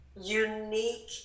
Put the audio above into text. unique